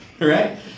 Right